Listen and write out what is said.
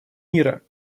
мира